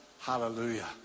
Hallelujah